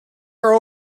are